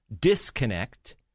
disconnect